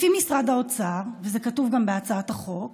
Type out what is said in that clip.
לפי משרד האוצר, וזה כתוב גם בהצעת החוק,